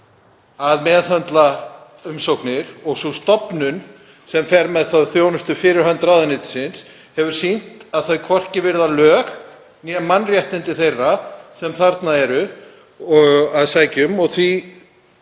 að meðhöndla umsóknir og sú stofnun sem fer með þá þjónustu fyrir hönd ráðuneytisins hafa sýnt að þau virða hvorki lög né mannréttindi þeirra sem þarna eru að sækja um. Því